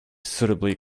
suitably